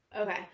Okay